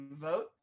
vote